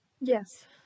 Yes